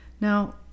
Now